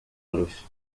los